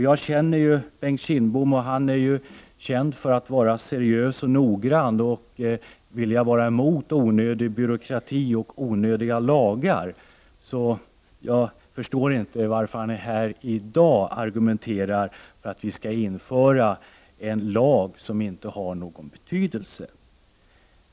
Jag känner Bengt Kindbom som en seriös och noggrann person, som är emot onödig byråkrati och onödiga lagar. Jag förstår därför inte varför han i dag argumenterar för att vi skall införa en lag som inte har någon betydelse.